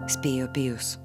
spėjo pijus